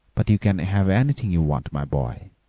but you can have anything you want, my boy.